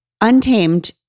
Untamed